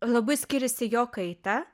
labai skyrėsi jo kaita